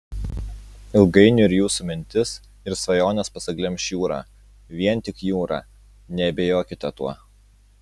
ilgainiui ir jūsų mintis ir svajones pasiglemš jūra vien tik jūra neabejokite tuo